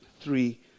Three